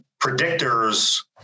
predictors